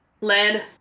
lead